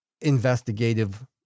investigative